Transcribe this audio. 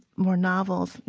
more novels,